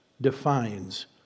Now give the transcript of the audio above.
defines